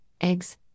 eggs